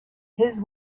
his